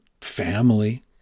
family